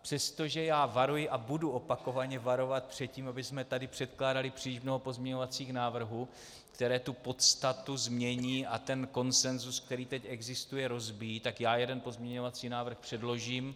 Přestože já varuji a budu opakovaně varovat před tím, abychom tady předkládali příliš mnoho pozměňovacích návrhů, které tu podstatu změní a ten konsenzus, který teď existuje, rozbíjí, tak já jeden pozměňovací návrh předložím.